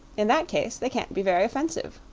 in that case they can't be very offensive.